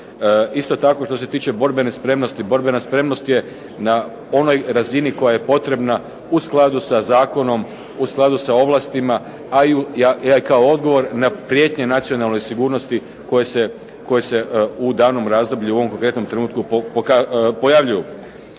Isto tako, što se tiče borbene spremnosti borbena spremnost je na onoj razini koja je potrebna u skladu sa zakonom, u skladu sa ovlastima a i kao odgovor na prijetnje nacionalnoj sigurnosti koje se u danom razdoblju u ovom konkretnom trenutku pojavljuju.